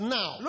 now